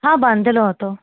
હા બાંધેલો હતો